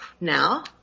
now